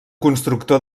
constructor